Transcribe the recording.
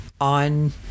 on